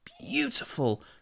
beautiful